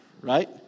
Right